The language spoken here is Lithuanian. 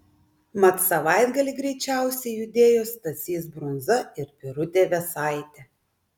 mat savaitgalį greičiausiai judėjo stasys brunza ir birutė vėsaitė